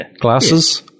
glasses